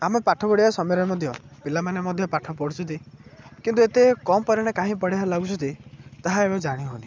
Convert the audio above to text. ଆମେ ପାଠ ପଢ଼ିବା ସମୟରେ ମଧ୍ୟ ପିଲାମାନେ ମଧ୍ୟ ପାଠ ପଢ଼ୁଛନ୍ତି କିନ୍ତୁ ଏତେ କମ୍ ପରିମାଣ ଲାଗୁଛନ୍ତି ତାହା ଏବେ ଜାଣି ହଉନି